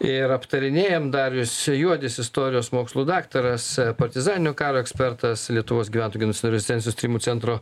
ir aptarinėjam darius juodis istorijos mokslų daktaras partizaninio karo ekspertas lietuvos gyventojų genocido ir rezistencijos tyrimų centro